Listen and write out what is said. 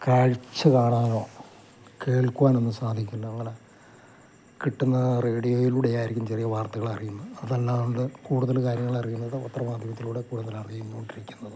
കാഴ്ച കാണാനോ കേൾക്കുവാനൊന്നും സാധിക്കില്ല അങ്ങനെ കിട്ടുന്ന റേഡിയോയിലൂടെ ആയിരിക്കും ചെറിയ വാർത്തകൾ അറിയുന്നത് അതല്ലാതെ കൂടുതൽ കാര്യങ്ങൾ അറിയുന്നത് പത്രമാധ്യമത്തിലൂടെ കൂടുതൽ അറിഞ്ഞു കൊണ്ടിരിക്കുന്നത്